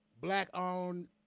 black-owned